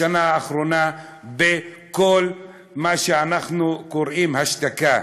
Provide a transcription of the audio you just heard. בשנה האחרונה בכל מה שאנחנו קוראים השתקה,